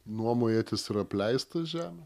nuomojatės ir apleistą žemę